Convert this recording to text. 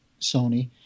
Sony